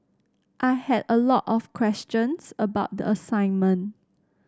I had a lot of questions about the assignment